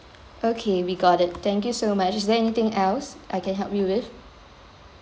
okay we got it thank you so much is there anything else I can help you with